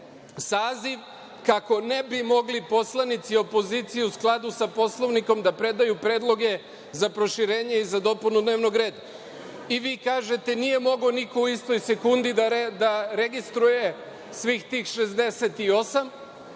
saziv kako ne bi mogli poslanici opozicije, u skladu sa Poslovnikom, da predaju predloge za proširenja i za dopunu dnevnog reda i vi kažete – nije mogao niko u istoj sekundi da registruje svih tih 68,